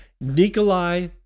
Nikolai